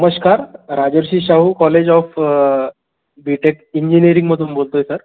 नमस्कार Rajarshi Shahu college of B tech engineering मधून बोलतो आहे सर